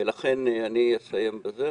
אני אסיים בזה.